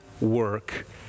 work